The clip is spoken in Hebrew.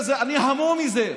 אני המום מזה.